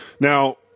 now